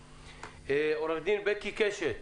עורכת דין בקי קשת.